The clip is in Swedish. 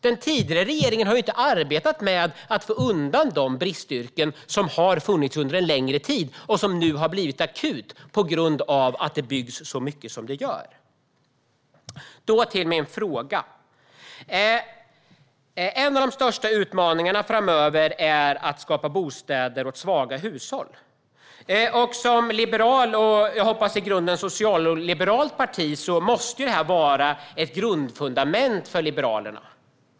Den tidigare regeringen har inte arbetat med att få undan de bristyrken som har funnits under en längre tid och där läget nu har blivit akut på grund av att det byggs så mycket som det gör. Jag kommer då till min fråga. En av de största utmaningarna framöver är att skapa bostäder åt svaga hushåll. Som liberalt och, hoppas jag, i grunden socialliberalt parti måste ju detta vara ett grundfundament för Liberalerna.